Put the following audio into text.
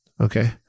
okay